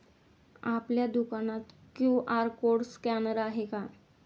आपल्या दुकानात QR code scanner आहे का?